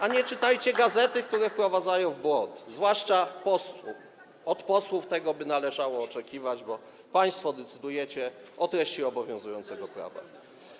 a nie czytajcie gazet, które wprowadzają w błąd, zwłaszcza od posłów by tego należało oczekiwać, bo państwo decydujecie o treści obowiązującego prawa.